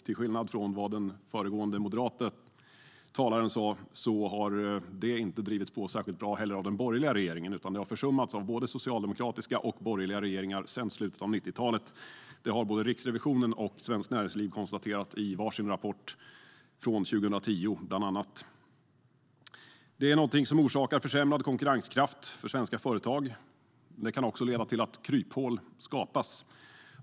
Till skillnad från vad den föregående moderata talaren sa har det inte drivits på särskilt bra heller av den borgerliga regeringen, utan det har försummats av både socialdemokratiska och borgerliga regeringar sedan slutet av 90-talet. Det har både Riksrevisionen och Svenskt Näringsliv konstaterat i var sin rapport från 2010, bland annat. Detta är någonting som orsakar försämrad konkurrenskraft för svenska företag. Det kan också leda till att kryphål skapas.